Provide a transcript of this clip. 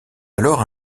alors